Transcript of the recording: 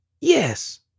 Yes